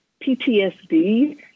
PTSD